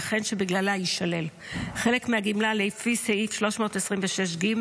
וכן שבגללה יישלל חלק מהגמלה לפי סעיף 326(ג)